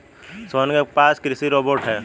सोहन के पास कृषि रोबोट है